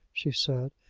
she said,